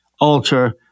alter